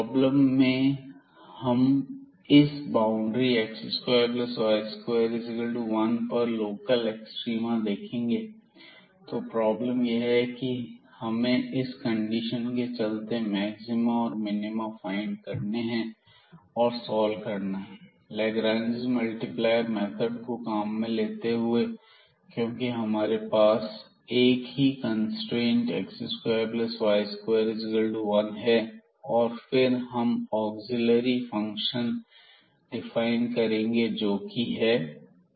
problem में हम इस बाउंड्री x2y21 पर लोकल एक्सट्रीमा देखेंगे तो प्रॉब्लम यह है कि हमें इस कंडीशन के चलते मैक्सिमा और मिनीमा फाइंड करने हैं और सॉल्व करना है लाग्रांज मल्टीप्लायर मेथड को काम में लेते हुए क्योंकि हमारे पास एक ही कंस्ट्रेंट x2y21 है और फिर हम ऑग्ज़ीलियरी फंक्शन डिफाइन करेंगे जो की है x2 y2 2xλx2y2 1